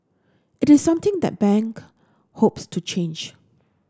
it is something that bank hopes to change